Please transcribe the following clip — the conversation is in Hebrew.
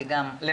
הצבעה בעד,